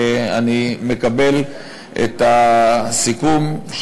אני מקבל את הסיכום,